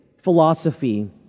Philosophy